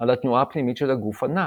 על התנועה הפנימית של הגוף הנע,